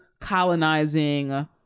colonizing